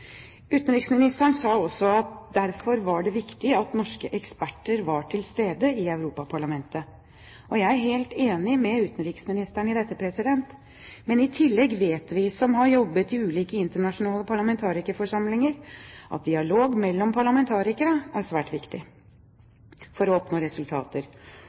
Utenriksministeren sa også at det derfor var viktig at norske eksperter var til stede i Europaparlamentet. Jeg er helt enig med utenriksministeren i dette. Men i tillegg vet vi som har jobbet i ulike internasjonale parlamentarikerforsamlinger, at dialog mellom parlamentarikere er svært viktig for å oppnå resultater.